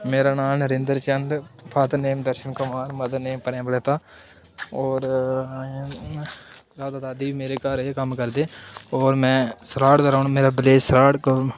मेरा नांऽ Narendra Chand father name Darshan Kumar mother name Premlata और दादा दादी मेरे घर गै कम्म करदे और में सराढ़ दा रौह्ना मेरा विलेज सराढ़ ग्रांऽ